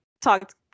talked